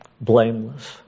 Blameless